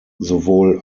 sowohl